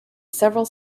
several